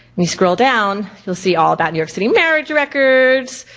and you scroll down, you'll see all about new york city marriage records,